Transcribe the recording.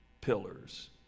pillars